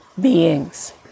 beings